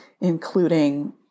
including